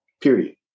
period